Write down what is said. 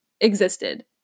existed